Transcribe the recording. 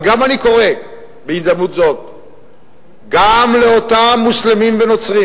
ואני קורא בהזדמנות זו גם לאותם מוסלמים ונוצרים